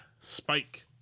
Spike